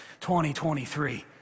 2023